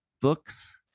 books